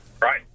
Right